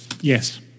Yes